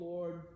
Lord